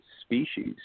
species